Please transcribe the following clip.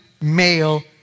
male